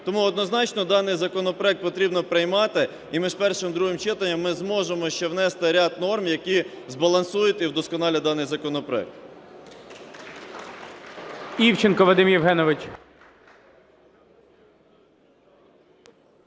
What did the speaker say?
Тому однозначно даний законопроект потрібно приймати, і між першим і другим читання ми зможемо ще внести ряд норм, які збалансують і вдосконалять даний законопроект.